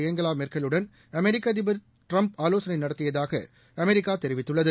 Angela மெர்கல்லுடன் அமெரிக்க அதிபர் டிரம்ப் ஆலோசனை நடத்தியதாக அமெரிக்கா தெரிவித்துள்ளது